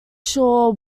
shore